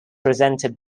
resented